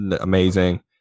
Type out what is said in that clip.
Amazing